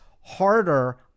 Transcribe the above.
harder